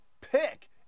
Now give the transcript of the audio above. pick